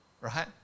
Right